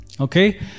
Okay